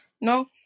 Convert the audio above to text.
No